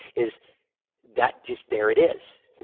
is that just there it is.